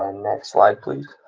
ah next slide, please.